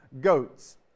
goats